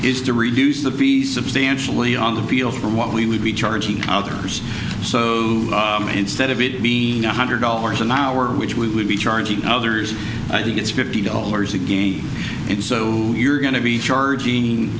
is to reduce the be substantially on the field from what we would be charging others so instead of it being one hundred dollars an hour which we would be charging others i think it's fifty dollars again and so you're going to be charging